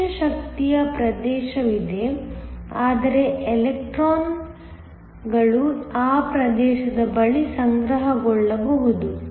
ಕನಿಷ್ಠ ಶಕ್ತಿಯ ಪ್ರದೇಶವಿದೆ ಅಂದರೆ ಎಲೆಕ್ಟ್ರಾನ್ಗಳು ಆ ಪ್ರದೇಶದ ಬಳಿ ಸಂಗ್ರಹಗೊಳ್ಳಬಹುದು